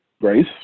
grace